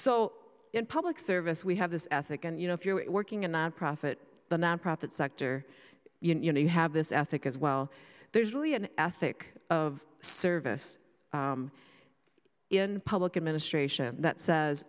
so in public service we have this ethic and you know if you're working a nonprofit nonprofit sector you know you have this ethic as well there's really an ethic of service in public administration that says